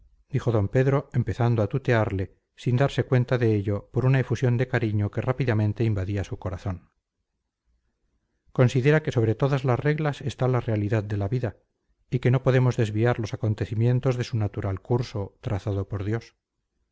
dijo d pedro empezando a tutearle sin darse cuenta de ello por una efusión de cariño que rápidamente invadía su corazón considera que sobre todas las reglas está la realidad de la vida y que no podemos desviar los acontecimientos de su natural curso trazado por dios